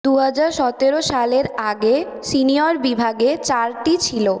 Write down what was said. দুহাজার সতেরো সালের আগে সিনিয়র বিভাগে চারটি ছিল